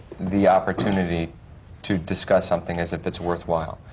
the opportunity to discuss something as if it's worthwhile.